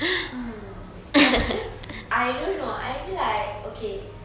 mm I'm just I don't know I feel like okay